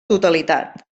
totalitat